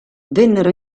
vennero